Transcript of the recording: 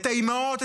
את האימהות,